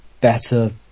better